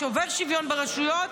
שובר שוויון ברשויות,